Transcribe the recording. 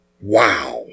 Wow